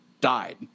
died